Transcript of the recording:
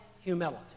humility